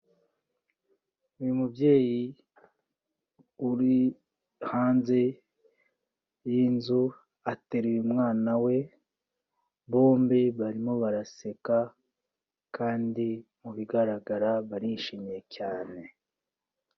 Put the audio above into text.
Uyu mubyeyi uri hanze y'inzu ateruye umwana we, bombi barimo baraseka kandi mu bigaragara barishimye cyane.